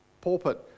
pulpit